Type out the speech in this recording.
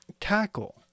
tackle